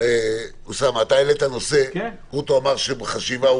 אוסאמה, אתה העלית נושא וגרוטו אמר שיש חשיבה.